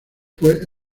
fue